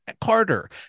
Carter